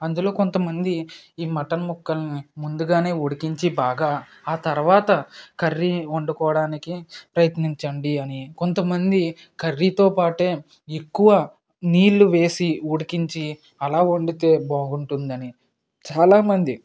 అందులో కొంత మంది ఈ మటన్ ముక్కలని ముందుగానే ఉడికించి బాగా ఆ తరువాత కర్రీ వండుకోవడానికి ప్రయత్నించండి అని కొంతమంది కర్రీతో పాటే ఎక్కువ నీళ్ళు వేసి ఉడికించి అలా వండితే బాగుంటుందని చాలా మంది